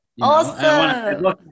Awesome